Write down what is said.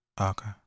Okay